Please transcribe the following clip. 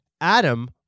Adam